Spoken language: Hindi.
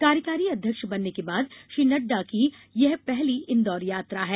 कार्यकारी अध्यक्ष बनने के बाद श्री नड्डा की यह पहली इंदौर यात्रा है